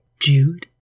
Jude